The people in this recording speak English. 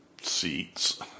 Seats